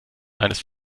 eines